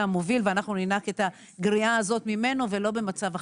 המוביל ואנחנו --- הגריעה הזאת ממנו ולא במצב אחר.